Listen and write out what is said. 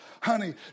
honey